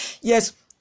Yes